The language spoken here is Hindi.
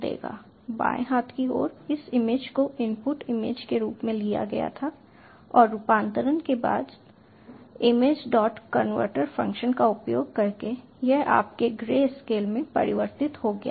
बाएं हाथ की ओर इस इमेज को इनपुट इमेज के रूप में लिया गया था और रूपांतरण के बाद इमेज डॉट कन्वर्ट फ़ंक्शन का उपयोग करके यह आपके ग्रे स्केल में परिवर्तित हो गया है